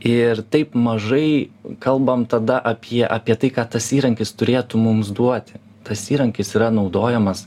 ir taip mažai kalbam tada apie apie tai ką tas įrankis turėtų mums duoti tas įrankis yra naudojamas